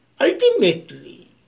Ultimately